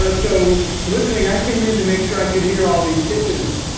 but so listening i came in to make sure i could hear all these pitches,